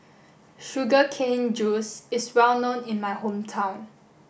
sugar cane juice is well known in my hometown